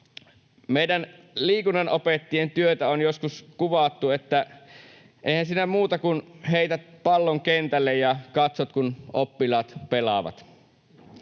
Meidän liikunnanopettajien työtä on joskus kuvattu niin, että eihän siinä ole muuta kuin se, että heität pallon kentälle ja katsot, kun oppilaat pelaavat.